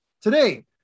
Today